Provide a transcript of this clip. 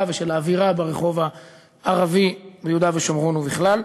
ושל האווירה ברחוב הערבי ביהודה ושומרון ובכלל.